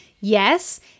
yes